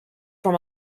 from